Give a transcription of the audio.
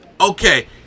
Okay